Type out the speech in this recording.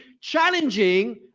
challenging